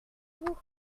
vous